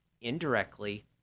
indirectly